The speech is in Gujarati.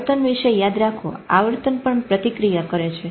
આવર્તન વિશે યાદ રાખો આવર્તન પણ પ્રતિક્રિયા કરે છે